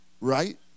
right